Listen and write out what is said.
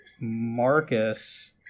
Marcus